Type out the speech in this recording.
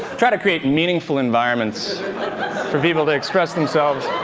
try to create meaningful environments for people to express themselves.